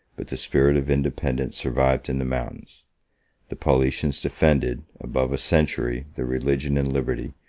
but the spirit of independence survived in the mountains the paulicians defended, above a century, their religion and liberty,